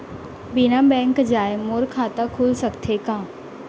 बिना बैंक जाए मोर खाता खुल सकथे का?